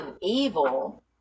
evil